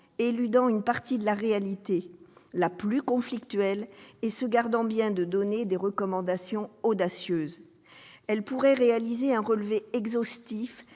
éludant une partie de la réalité, la plus conflictuelle, et se gardant bien de donner des recommandations audacieuses. Elles pourraient réaliser un relevé exhaustif